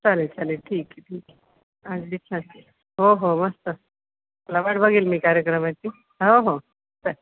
चालेल चालेल ठीक आह ठीक आहे अगदीच छान हो हो मस्त चला वाट बघेल मी कार्यक्रमाची हो हो चल